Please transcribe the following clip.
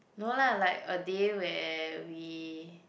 no lah like a day where we